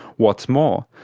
what's more,